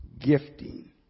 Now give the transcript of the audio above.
gifting